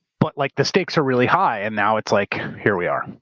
but like the stakes are really high and now it's like here we are.